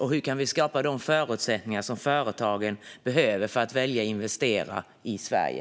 Och hur kan vi skapa de förutsättningar som företagen behöver för att välja att investera i Sverige?